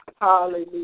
Hallelujah